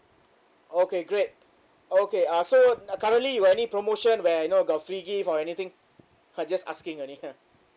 okay great okay uh so currently you any promotion where you know got free gift or anything I just asking only